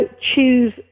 choose